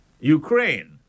Ukraine